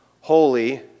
Holy